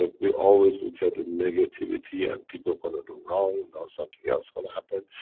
ah we always look at the negativity and people gonna do wrong now something else gonna happen.